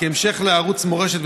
כהמשך לערוץ מורשת,